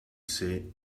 say